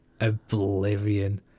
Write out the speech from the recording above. Oblivion